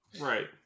Right